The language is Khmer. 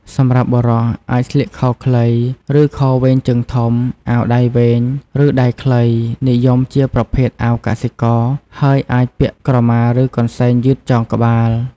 សម្រាប់បុរស អាចស្លៀកខោខ្លី ឬខោវែងជើងធំ អាវដៃវែង ឬដៃខ្លី និយមជាប្រភេទអាវកសិករ ហើយអាចពាក់ក្រមាឬកន្សែងយឺតចងក្បាល។